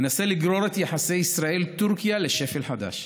מנסה לגרור את יחסי ישראל טורקיה לשפל חדש.